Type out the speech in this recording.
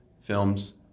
films